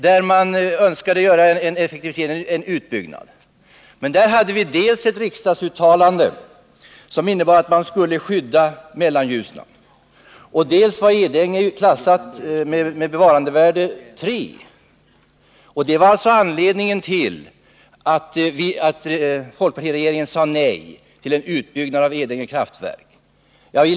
Här önskade man göra en utbyggnad, men riksdagen hade redan gjort ett uttalande som innebar att Mellanljusnan skulle skyddas. Dessutom var Edänge klassat med bevarandevärdet 3. Detta var alltså anledningen till att folkpartiregeringen sade nej till en utbyggnad av Edänge kraftverk.